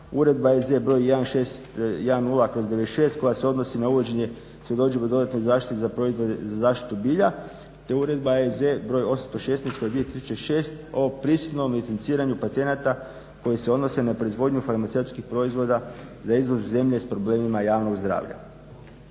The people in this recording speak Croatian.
Uredba EZ br. 1610/96 koja se odnosi na uvođenje svjedodžbi o dodatnoj zaštiti za proizvode za zaštitu bilja te Uredba EZ br 816/2006 o prisilnom licenciranju patenata koji se odnose na proizvodnju farmaceutskih proizvoda za izvoz u zemlje s problemima javnog zdravlja.